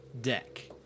deck